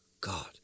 God